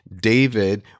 David